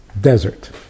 Desert